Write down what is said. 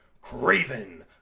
Craven